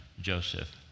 Joseph